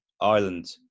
Ireland